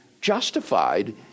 justified